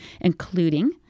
including